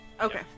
Okay